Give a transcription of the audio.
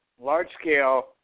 large-scale